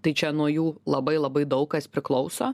tai čia nuo jų labai labai daug kas priklauso